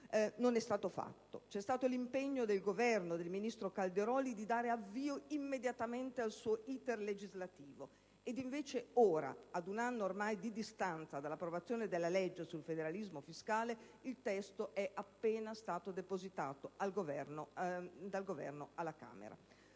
Non è stato fatto. Vi è stato l'impegno del Governo e del ministro Calderoli a dare immediatamente avvio al suo *iter* legislativo e invece ora, ad un anno ormai di distanza dall'approvazione della legge sul federalismo fiscale, il testo è appena stato depositato dal Governo alla Camera.